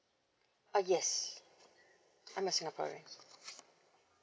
oh yes I'm a singaporean